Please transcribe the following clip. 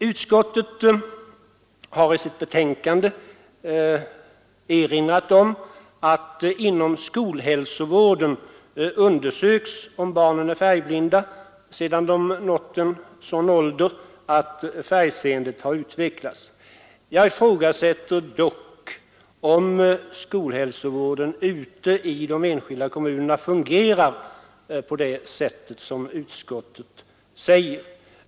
Utskottet har i sitt betänkande erinrat om att inom skolhälsovården undersöks om barnen är färgblinda sedan de nått en sådan ålder att färgseendet har utvecklats. Jag ifrågasätter dock om skolhälsovården ute i de enskilda kommunerna fungerar på det sätt som utskottet säger.